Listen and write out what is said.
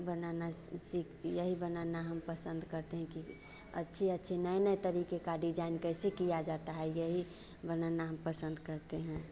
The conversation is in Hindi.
बनाना सीख यही बनाना हम पसंद करते हैं कि अच्छे अच्छे नए नए तरीक़े के डिजाइन कैसे किया जाता है यही बनाना हम पसंद करते हैं